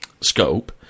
scope